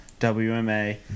wma